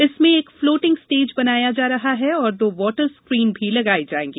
जिसमें एक floating stage बनाया जा रहा है और दो वॉटर स्कीन भी लगाई जायेंगी